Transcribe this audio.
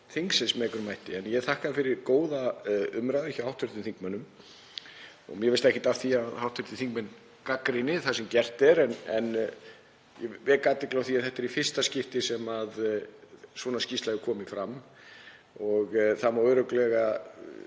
þingsins með einhverjum hætti. Ég þakka fyrir góða umræðu hjá hv. þingmönnum. Mér finnst ekkert að því að hv. þingmenn gagnrýni það sem gert er en ég vek athygli á því að þetta er í fyrsta skipti sem svona skýrsla hefur komið fram og það má örugglega